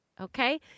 okay